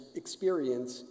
experience